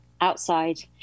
outside